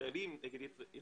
יש